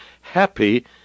Happy